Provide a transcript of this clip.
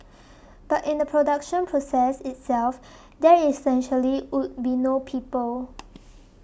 but in the production process itself there essentially would be no people